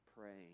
praying